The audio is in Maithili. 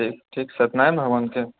ठीक सत्यनारायण भगवानके